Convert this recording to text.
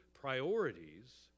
priorities